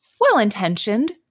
well-intentioned